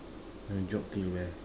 you want to jog till where